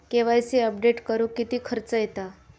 KYC update करुक किती खर्च येता?